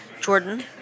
Jordan